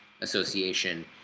Association